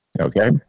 Okay